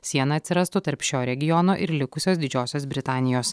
siena atsirastų tarp šio regiono ir likusios didžiosios britanijos